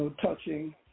touching